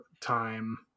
time